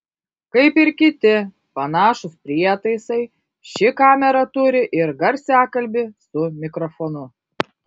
kaip ir kiti panašūs prietaisai ši kamera turi ir garsiakalbį su mikrofonu